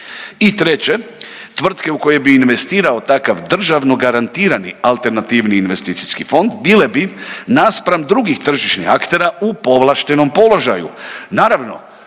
I treće, tvrtke u koje bi investirao takav državno garantirani AIF bile bi naspram drugih tržišnih aktera u povlaštenom položaju, naravno